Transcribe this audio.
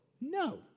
No